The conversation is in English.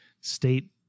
state